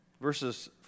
Verses